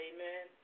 Amen